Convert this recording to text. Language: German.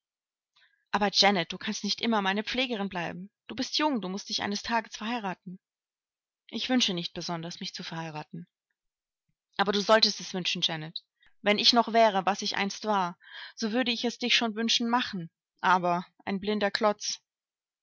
aber janet du kannst nicht immer meine pflegerin bleiben du bist jung du mußt dich eines tages verheiraten ich wünsche nicht besonders mich zu verheiraten aber du solltest es wünschen janet wenn ich noch wäre was ich einst war so würde ich es dich schon wünschen machen aber ein blinder klotz